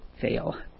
fail